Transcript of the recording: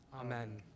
Amen